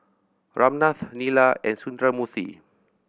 Ramnath Neila and Sundramoorthy